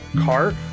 car